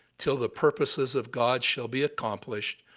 till the purposes of god shall be accomplished,